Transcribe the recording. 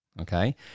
okay